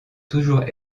toujours